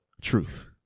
truth